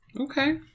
Okay